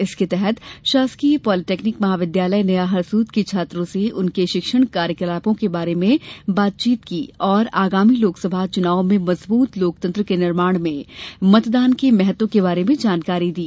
इसके तहत शासकीय पालीटेकनिक महाविद्यालय नया हरसूद के छात्रों से उनके शिक्षण कियाकलापों के बारे में बातचीत की और आगामी लोकसभा च्नावों में मजबूत लोकतंत्र के निर्माण में मतदान के महत्व के बारे में जानकारी दी